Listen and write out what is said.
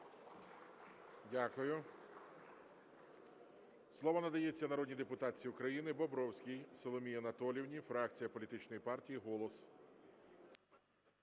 Дякую.